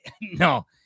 No